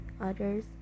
Others